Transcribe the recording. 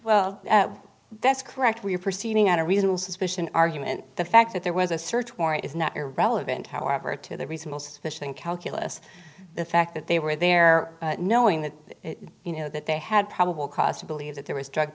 well that's correct we're proceeding at a reasonable suspicion argument the fact that there was a search warrant is not irrelevant however to the reasonable suspicion calculus the fact that they were there knowing that you know that they had probable cause to believe that there was drug